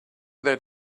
that